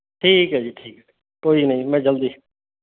ਠੀਕ ਹੈ ਜੀ ਠੀਕ ਹੈ ਕੋਈ ਨਾ ਜੀ ਮੈਂ ਜਲਦੀ